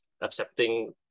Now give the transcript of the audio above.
accepting